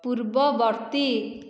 ପୂର୍ବବର୍ତ୍ତୀ